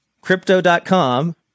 Crypto.com